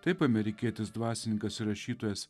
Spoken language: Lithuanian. taip amerikietis dvasininkas ir rašytojas